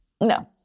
No